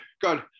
good